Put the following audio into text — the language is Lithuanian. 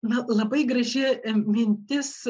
na labai graži mintis